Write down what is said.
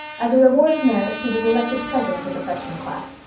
as a reward of merit he was elected president of the freshman class,